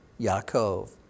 Yaakov